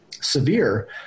severe